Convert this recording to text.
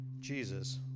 jesus